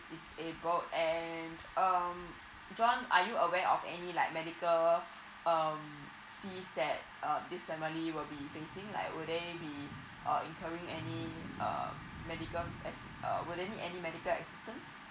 disabled and um john are you aware of any like medical um fees that uh this family will be facing like would they be uh incurring any uh medical assis~ uh would they need any medical assistance